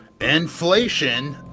inflation